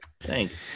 Thanks